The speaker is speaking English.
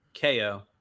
Ko